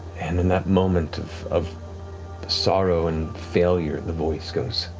and in that moment of of sorrow and failure, the voice goes.